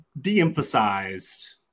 de-emphasized